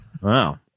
Wow